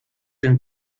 den